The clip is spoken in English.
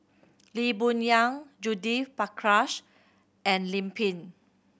Lee Boon Yang Judith Prakash and Lim Pin